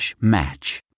match